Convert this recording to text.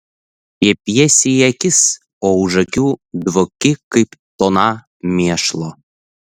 šiepiesi į akis o už akių dvoki kaip tona mėšlo